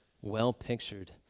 well-pictured